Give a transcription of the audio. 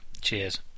Cheers